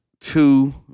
two